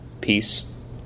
peace